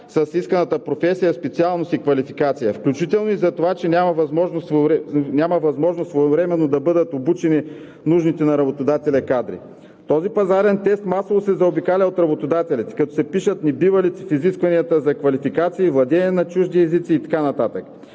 с исканата професия, специалност и квалификация, включително и за това, че няма възможност своевременно да бъдат обучени нужните на работодателя кадри. Пазарният тест масово се заобикаля от работодателите, като се пишат небивалици в изискванията за квалификации – владеене на чужди езици и така